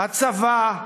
הצבא,